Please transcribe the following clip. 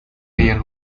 real